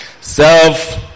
Self